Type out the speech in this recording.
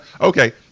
Okay